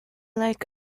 like